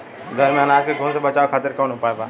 घर में अनाज के घुन से बचावे खातिर कवन उपाय बा?